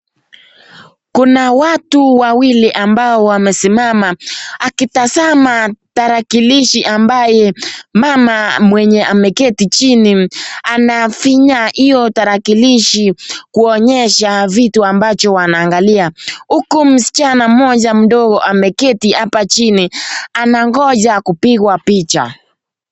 Kuna watu wawili amabo wamesimama akitazama tarakilishi ambaye mama mwenye ameketi chini anafinya hiyo tarakilishi kuonyesha vitu ambacho wanaangalia huku msichana mdogo ameketi hapa chini anangoja kupigwa picha.